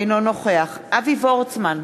אינו נוכח אבי וורצמן,